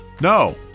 No